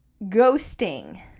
Ghosting